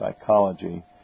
psychology